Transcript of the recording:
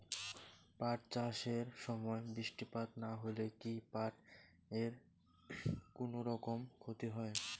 পাট চাষ এর সময় বৃষ্টিপাত না হইলে কি পাট এর কুনোরকম ক্ষতি হয়?